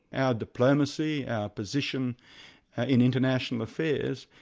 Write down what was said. our diplomacy, our position in international affairs,